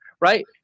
Right